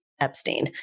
Epstein